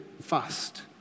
fast